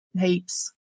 heaps